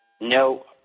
no